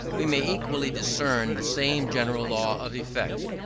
we may equally discern the same general law of effect.